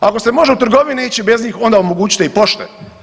Ako se može u trgovinu ići bez njih onda omogućite i pošte.